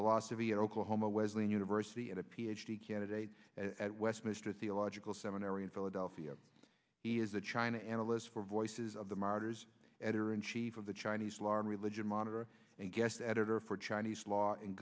philosophy at oklahoma wesleyan university and a ph d candidate at westminster theological seminary in philadelphia is the china analyst for voices of the martyrs editor in chief of the chinese law religion monitor and guest editor for chinese law